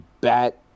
bat